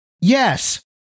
Yes